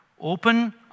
open